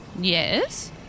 Yes